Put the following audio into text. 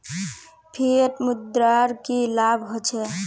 Fiat मुद्रार की लाभ होचे?